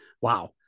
wow